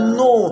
no